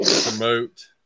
promote